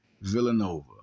Villanova